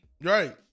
right